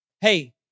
Hey